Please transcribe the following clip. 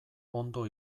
ondo